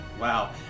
Wow